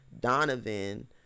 Donovan